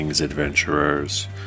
adventurers